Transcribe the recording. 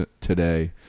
today